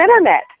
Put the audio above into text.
internet